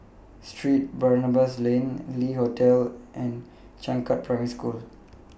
Saint Barnabas Lane Le Hotel and Changkat Primary School